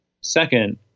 Second